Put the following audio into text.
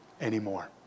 anymore